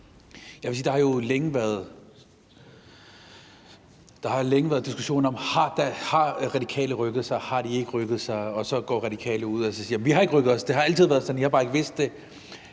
Der har jo længe været en diskussion om, om De Radikale har rykket sig, eller om de ikke har rykket sig, og så går De Radikale ud og siger: Vi har ikke rykket os, det har altid været sådan, I har bare ikke vidst det.